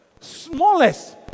Smallest